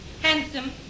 Handsome